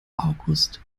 august